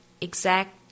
exact